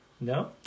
No